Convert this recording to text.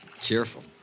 Cheerful